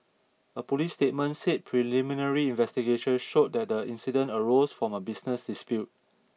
a police statement said preliminary investigations showed that the incident arose from a business dispute